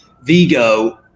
Vigo